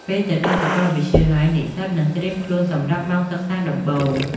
ពេលទៅដល់សាកលវិទ្យាល័យ និស្សិតនឹងត្រៀមខ្លួនសម្រាប់ម៉ោងសិក្សាដំបូង។